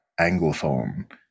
Anglophone